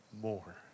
more